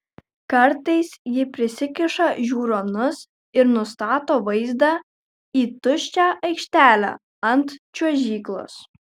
kartais ji prisikiša žiūronus ir nustato vaizdą į tuščią aikštelę ant čiuožyklos